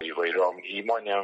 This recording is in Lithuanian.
įvairiom įmonėm